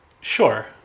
Sure